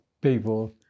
people